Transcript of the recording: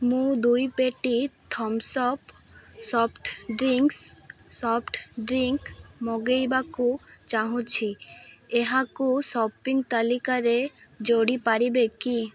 ମୁଁ ଦୁଇ ପେଟି Thums Up soft drinks soft drink ମଗେଇବାକୁ ଚାହୁଁଛି ଏହାକୁ ସପିଂ ତାଲିକାରେ ଯୋଡ଼ି ପାରିବେ କି